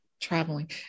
traveling